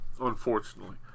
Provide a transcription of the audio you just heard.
unfortunately